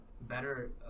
better